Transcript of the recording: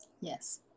Yes